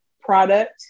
product